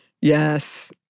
Yes